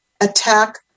attack